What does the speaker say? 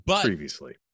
previously